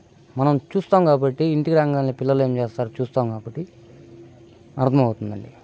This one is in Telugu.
మనం చూస్తాం కాబట్టి ఇంటికి రాంగానే పిల్లలు ఏం చేస్తారో చూస్తాం కాబట్టి అర్థం అవుతుందండి